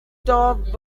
topped